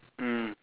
mm